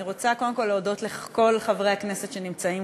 אני רוצה להודות לכל חברי הכנסת שנמצאים